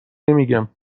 نمیگم